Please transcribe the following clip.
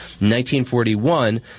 1941